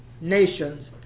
nations